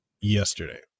yesterday